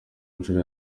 nshuro